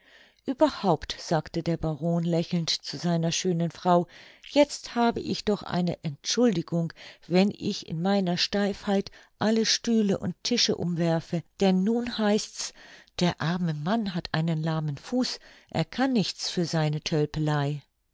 ueberhaupt sagte der baron lächelnd zu seiner schönen frau jetzt habe ich doch eine entschuldigung wenn ich in meiner steifheit alle stühle und tische umwerfe denn nun heißt's der arme mann hat einen lahmen fuß er kann nichts für seine tölpelei